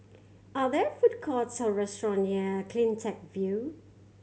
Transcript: are there food courts or restaurant near Cleantech View